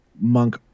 monk